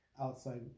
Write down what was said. outside